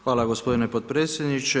Hvala gospodine potpredsjedniče.